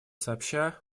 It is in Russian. сообща